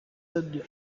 radio